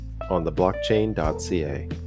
ontheblockchain.ca